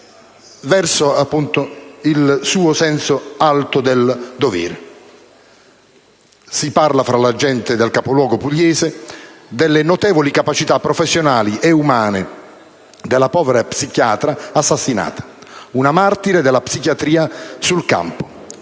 del suo alto senso del dovere. Si parla, fra la gente del capoluogo pugliese, delle notevoli capacità professionali e umane della povera psichiatra assassinata. Una martire della psichiatra sul campo;